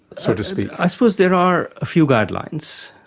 so to speak? i suppose there are a few guidelines.